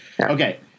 Okay